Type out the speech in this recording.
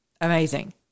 Amazing